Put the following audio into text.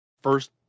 first